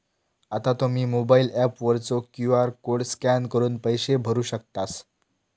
आता तुम्ही mobile app वरचो क्यू.आर कोड स्कॅन करून पैसे भरू शकतास